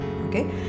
Okay